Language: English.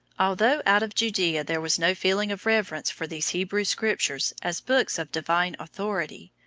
although out of judea there was no feeling of reverence for these hebrew scriptures as books of divine authority,